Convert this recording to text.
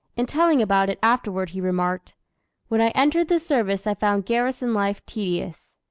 in telling about it afterward he remarked when i entered the service i found garrison life tedious.